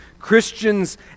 Christians